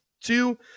two